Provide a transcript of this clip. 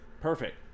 Perfect